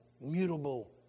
mutable